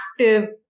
active